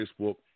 Facebook